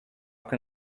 can